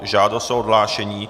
Žádost o odhlášení.